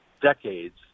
decades